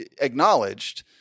acknowledged